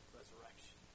resurrection